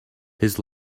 his